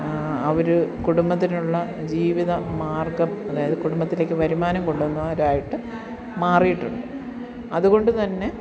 അവര് കുടുംബത്തിനുള്ള ജീവിത മാർഗം അതായത് കുടുംബത്തിലേക്ക് വരുമാനം കൊണ്ടുവരുന്നവരായിട്ട് മാറിയിട്ടുണ്ട് അത്കൊണ്ട് തന്നെ